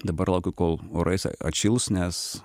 dabar laukiu kol orai atšils nes